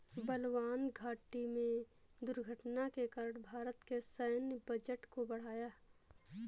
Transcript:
बलवान घाटी में दुर्घटना के कारण भारत के सैन्य बजट को बढ़ाया